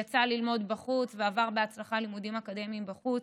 יצא ללמוד בחוץ ועבר בהצלחה לימודים אקדמיים בחוץ.